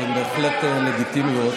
שהן בהחלט לגיטימיות,